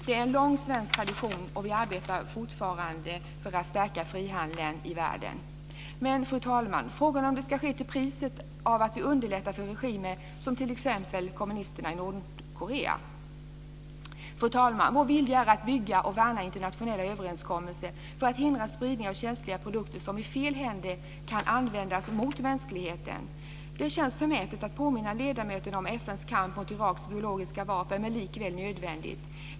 Det är en lång svensk tradition, och vi arbetar fortfarande för att stärka frihandeln i världen. Men, fru talman, frågan är om det ska ske till priset av att vi underlättar för regimer som kommunisterna i Nordkorea. Fru talman! Vår vilja är att bygga och värna internationella överenskommelser för att hindra spridning av känsliga produkter som i fel händer kan användas mot mänskligheten. Det känns förmätet att påminna ledamöterna om FN:s kamp mot Iraks biologiska vapen men likväl nödvändigt.